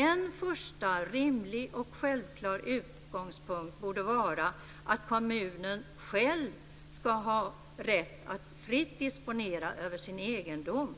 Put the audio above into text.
En första rimlig och självklar utgångspunkt borde vara att kommunen själv ska ha rätt att fritt disponera över sin egendom